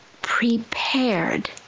prepared